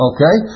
Okay